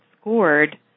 scored